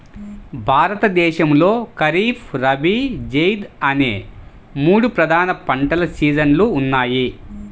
భారతదేశంలో ఖరీఫ్, రబీ, జైద్ అనే మూడు ప్రధాన పంటల సీజన్లు ఉన్నాయి